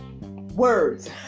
words